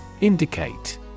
Indicate